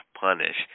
punish